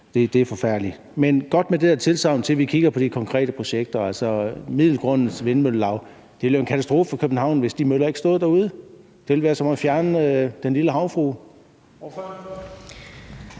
det er forfærdeligt. Men det er godt med det der tilsagn om, at vi kigger på de konkrete projekter. Altså, i forhold til det med Middelgrundens Vindmøllelaug ville det jo være en katastrofe for København, hvis de møller ikke stod derude. Det ville være som at fjerne Den Lille Havfrue.